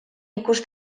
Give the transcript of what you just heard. ikus